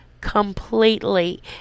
completely